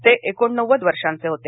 ते एकोणनव्वद वर्षांचे होते